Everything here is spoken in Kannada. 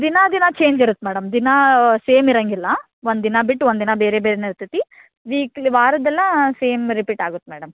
ದಿನ ದಿನ ಚೇಂಜ್ ಇರತ್ತೆ ಮೇಡಮ್ ದಿನ ಸೇಮ್ ಇರೋಂಗಿಲ್ಲ ಒಂದು ದಿನ ಬಿಟ್ಟು ಒಂದು ದಿನ ಬೇರೆ ಬೇರೆಯೇ ಇರ್ತೈತಿ ವೀಕ್ಲಿ ವಾರದ್ದೆಲ್ಲ ಸೇಮ್ ರಿಪೀಟ್ ಆಗುತ್ತೆ ಮೇಡಮ್